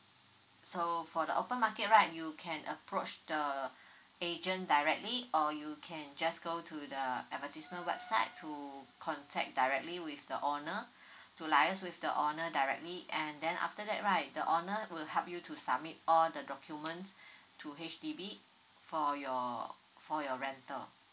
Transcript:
so for the open market right you can approach the agent directly or you can just go to the advertisement website to contact directly with the owner to liaise with the owner directly and then after that right the owner will help you to submit all the documents to H_D_B for your for your rental